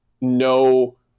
no